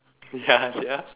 ya sia